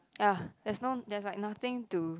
yea that's no that like nothing to